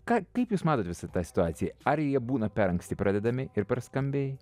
ką kaip jūs matot visą situaciją ar jie būna per anksti pradedami ir per skambiai